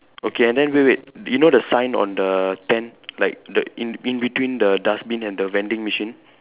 okay and then wait wait you know the sign on the tent like the in in between the dustbin and the vending machine